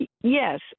Yes